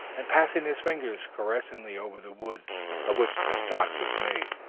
and passing his fingers caressingly over the wood of which the stock was made.